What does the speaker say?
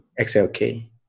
XLK